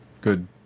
good